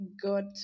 good